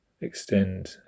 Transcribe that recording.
extend